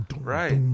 right